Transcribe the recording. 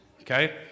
Okay